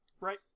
Right